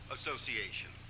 Association